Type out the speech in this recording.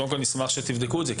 נשמח שתבדקו את זה,